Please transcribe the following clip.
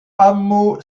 hameau